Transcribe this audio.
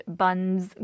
buns